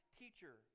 teacher